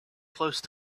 close